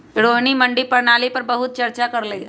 रोहिणी मंडी प्रणाली पर बहुत चर्चा कर लई